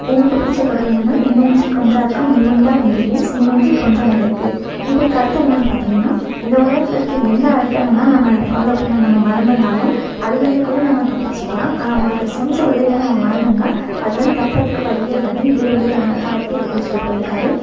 எனக்கு பிடிச்ச குறள் என்னன்னா என்நன்றி கொன்றார்க்கும் உய்வுண்டாம் உய்வில்லை செய்ந்நன்றி கொன்ற மகற்கு இதுக்கு அர்த்தம் என்னன்னு பார்த்திங்னா இந்த உலகத்தில் இருக்க எந்த அறத்தை வேணா நம்ம ஃபாலோ பண்ண நம்ம மறந்திருந்தாலும் அதிலருந்து கூட நம்ம தப்பிச்சிக்கலாம் ஆனால் ஒருத்தர் செஞ்ச உதவியை நம்ம மறந்தம்ன்னா அதிலந்து தப்பறத்துக்கு வழியே இல்லை அப்படின்னு திருவள்ளுவர் அந்த காலத்துல எழுதி வச்சிவிட்டு போயிருக்கார்